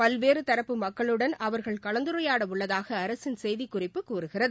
பல்வேறு தரப்பு மக்களுடன் அவா்கள் கலந்துரையாட உள்ளதாக அரசின் செய்திக்குறிப்பு கூறுகிறது